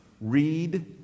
Read